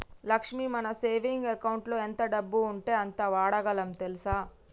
లక్ష్మి మన సేవింగ్ అకౌంటులో ఎంత డబ్బు ఉంటే అంత వాడగలం తెల్సా